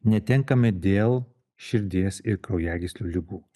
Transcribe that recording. netenkame dėl širdies ir kraujagyslių ligų